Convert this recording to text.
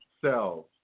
cells